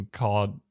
called